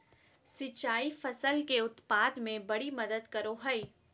सिंचाई फसल के उत्पाद में बड़ी मदद करो हइ